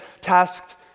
tasked